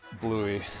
Bluey